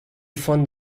fond